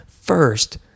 first